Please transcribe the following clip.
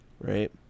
right